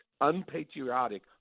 unpatriotic